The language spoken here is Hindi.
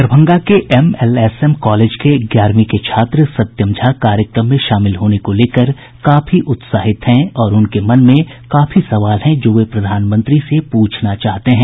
दरभंगा के एमएलएसएम कॉलेज के ग्यारहवीं के छात्र सत्यम झा कार्यक्रम में शामिल होने को लेकर काफी उत्साहित हैं और उनके मन में काफी सवाल हैं जो वे प्रधानमंत्री से पूछना चाहते हैं